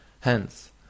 Hence